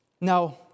Now